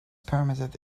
permitted